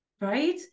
right